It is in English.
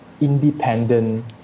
independent